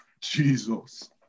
Jesus